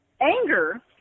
Anger